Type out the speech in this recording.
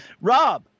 Rob